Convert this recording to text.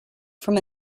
from